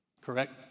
Correct